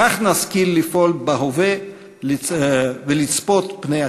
כך נשכיל לפעול בהווה ולצפות פני עתיד.